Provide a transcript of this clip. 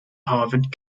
harvard